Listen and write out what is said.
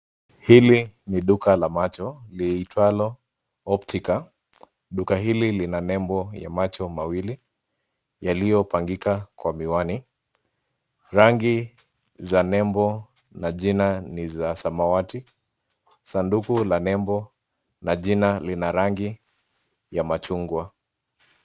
Hili ni duka la macho liitwalo, optica. Duka hili lina nembo ya macho mawili yaliyopangika kwa miwani. Rangi za nembo na jina ni za samawati. Sanduku la nembo na jina lina rangi ya machungwa.